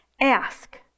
ask